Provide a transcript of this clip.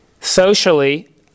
Socially